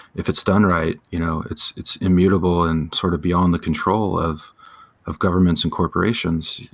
if it's done right, you know it's it's immutable and sort of beyond the control of of governments and corporations.